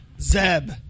Zeb